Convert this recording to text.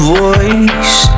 voice